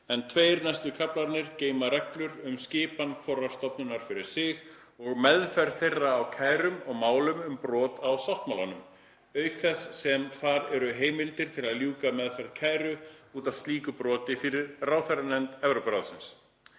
en tveir næstu kaflarnir geyma reglur um skipan hvorrar stofnunar um sig og meðferð þeirra á kærum og málum um brot á sáttmálanum, auk þess sem þar eru heimildir til að ljúka meðferð kæru út af slíku broti fyrir ráðherranefnd Evrópuráðsins.